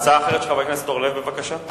הצעה אחרת של חבר הכנסת אורלב, בבקשה.